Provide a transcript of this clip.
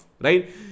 right